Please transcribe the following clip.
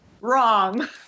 Wrong